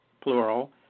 plural